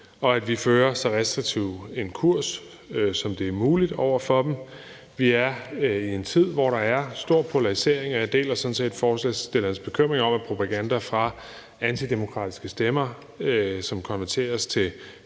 og at vi fører så restriktiv en kurs, som det er muligt, over for dem. Vi er i en tid, hvor der er stor polarisering, og jeg deler sådan set forslagsstillernes bekymring om, at propaganda fra antidemokratiske stemmer, som konverteres til